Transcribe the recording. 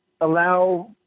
allow